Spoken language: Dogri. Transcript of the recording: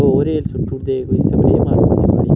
होर है्ल सुट्टू उड़दे कोई